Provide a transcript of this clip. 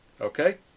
Okay